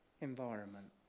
environment